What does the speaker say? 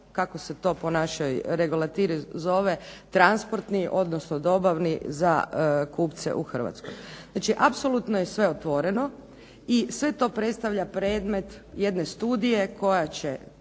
kako se to po našoj regulativi zove transportni, odnosno dobavni za kupce u Hrvatskoj. Znači apsolutno je sve otvoreno i sve to predstavlja predmet jedne studije koja će